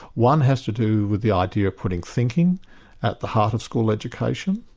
one has to do with the idea of putting thinking at the heart of school education,